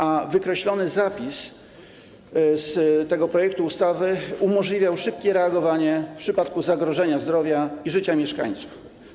A wykreślony zapis z tego projektu ustawy umożliwiał szybkie reagowanie w przypadku zagrożenia zdrowia i życia mieszkańców.